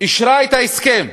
אישרה את ההסכם,